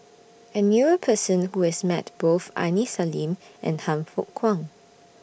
I knew A Person Who has Met Both Aini Salim and Han Fook Kwang